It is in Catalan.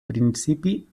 principi